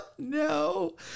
No